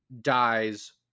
dies